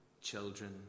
children